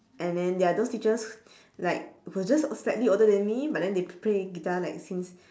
and then ya those teachers like who just slightly older than me but then they play guitar like since